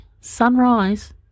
sunrise